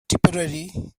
tipperary